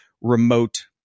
remote